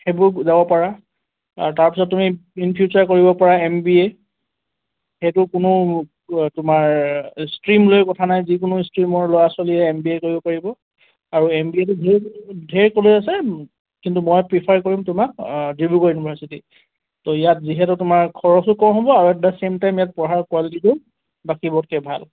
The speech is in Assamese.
সেইবোৰ যাব পাৰা আৰু তাৰপিছত তুমি ইন ফিউচাৰ কৰিব পাৰা এমবিএ সেইটো কোনো তোমাৰ ষ্ট্ৰীম লৈ কথা নাই যিকোনো ষ্ট্ৰীমৰ ল'ৰা ছোৱালীয়ে এমবিএ কৰিব পাৰিব আৰু এমবিএটো ঢেৰ ঢেৰ কলেজ আছে কিন্তু মই প্ৰিফাৰ কৰিম তোমাক ডিব্ৰুগড় ইউনিভাৰ্চিটি তো ইয়াত যিহেতু তোমাৰ খৰচো কম হ'ব আৰু এট দ্য চেম টাইম ইয়াত পঢ়াৰ কোৱালিটিটো বাকীবোৰতকৈ ভাল